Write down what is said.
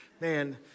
Man